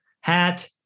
hat